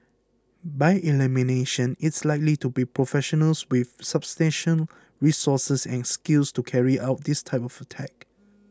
by elimination it's likely to be professionals with substantial resources and skills to carry out this type of attack